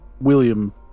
William